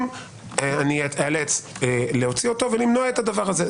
אני איאלץ להוציא אותו ולמנוע את הדבר הזה.